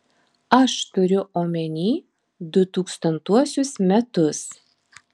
aš turiu omeny du tūkstantuosius metus